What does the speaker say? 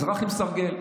אזרח עם סרגל,